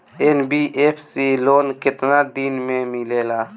NBFC loan केतना दिन मे मिलेला?